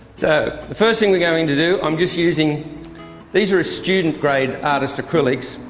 so the first thing we're going to do, i'm just using these are a student grade artists acrylics,